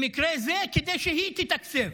במקרה זה, כדי שהיא תתקצב.